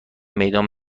میدان